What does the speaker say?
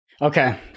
Okay